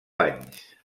anys